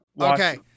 Okay